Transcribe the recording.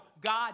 God